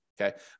okay